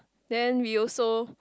then we also